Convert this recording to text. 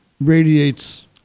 radiates